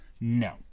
No